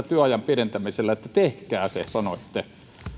työajan pidentämisellä tehkää se sanoitte